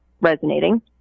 resonating